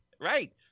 Right